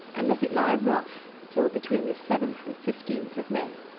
and let it lie rough till between the seventh and fifteenth of may.